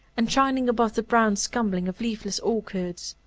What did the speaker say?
and shining above the brown scumbling of leafless orchards.